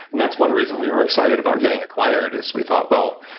and that's one reason we were excited about getting acquired, is we thought, well,